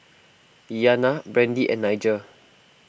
Iyanna Brandee and Nigel